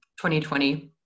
2020